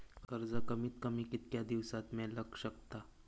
कर्ज कमीत कमी कितक्या दिवसात मेलक शकता?